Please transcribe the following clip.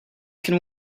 can